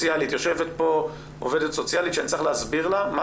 יושבת פה עובדת סוציאלית שאני צריך להסביר לה מה